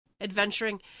adventuring